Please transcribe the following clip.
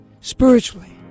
spiritually